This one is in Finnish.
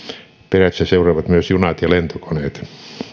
perässä seuraavat myös junat ja lentokoneet